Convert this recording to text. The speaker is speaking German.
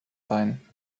sein